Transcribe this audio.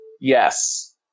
Yes